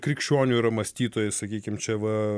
krikščionių yra mąstytojai sakykim čia va